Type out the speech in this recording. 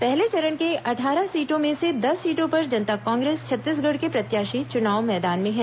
पहले चरण के अट्ठारह सीटों में से दस सीटों पर जनता कांग्रेस छत्तीसगढ़ के प्रत्याशी चुनाव मैदान में हैं